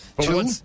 Two